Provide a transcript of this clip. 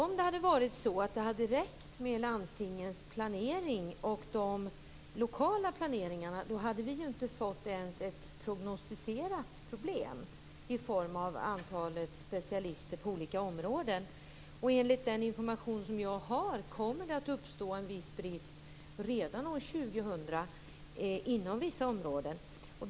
Herr talman! Om det hade räckt med landstingens planering och de lokala planeringarna hade vi ju inte fått ens ett prognostiserat problem i form av antalet specialister på olika områden. Enligt den information jag har kommer det att uppstå en viss brist redan år 2000 inom vissa områden.